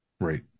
Right